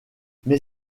mais